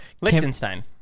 Liechtenstein